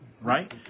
right